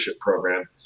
program